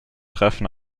treffen